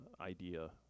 idea